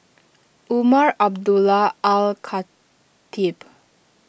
Umar Abdullah Al Khatib